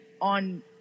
on